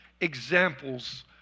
examples